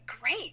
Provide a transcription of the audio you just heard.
great